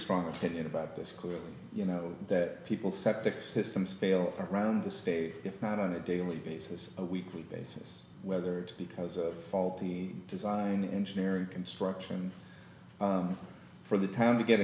strong opinion about this clearly you know that people septic systems fail around the state if not on a daily basis a weekly basis whether it's because of faulty design engineering construction for the town to get